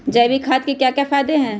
जैविक खाद के क्या क्या फायदे हैं?